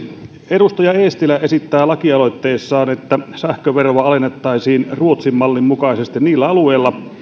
edustaja eestilä esittää lakialoitteessaan että sähköveroa alennettaisiin ruotsin mallin mukaisesti niillä alueilla